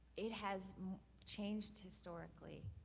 it has changed historically